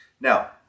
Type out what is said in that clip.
Now